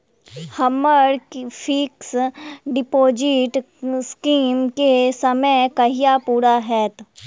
हम्मर fix deposit scheme केँ समय कहिया पूरा हैत?